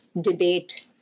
debate